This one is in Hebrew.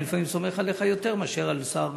אני לפעמים סומך עליך יותר מאשר על שר,